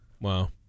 Wow